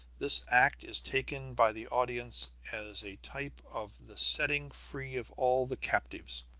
this act is taken by the audience as a type of the setting free of all the captives.